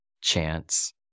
chance